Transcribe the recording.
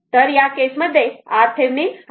तर या केस मध्ये RThevenin 0